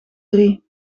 drie